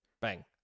Bang